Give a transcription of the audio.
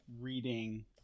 reading